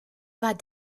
war